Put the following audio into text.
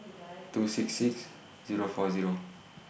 two six six Zero four Zero